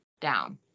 down